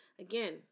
again